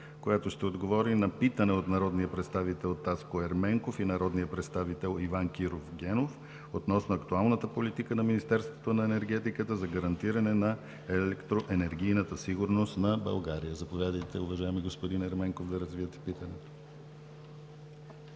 която ще отговори на питане от народния представител Таско Ерменков и народния представител Иван Киров Генов, относно актуалната политика на Министерството на енергетиката за гарантиране на електроенергийната сигурност на България. Заповядайте, уважаеми господин Ерменков, да развиете питането.